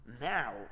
now